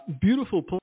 Beautiful